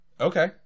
Okay